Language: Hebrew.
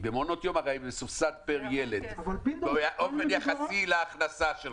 כי במעונות יום זה מסובסד פר ילד באופן יחסי להכנסה של ההורים.